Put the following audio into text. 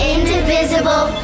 Indivisible